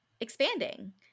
expanding